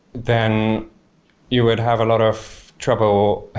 then you would have a lot of trouble